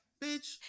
bitch